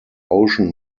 ocean